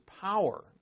power